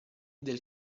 del